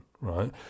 right